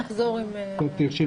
נחזור עם תשובות.